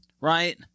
Right